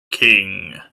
king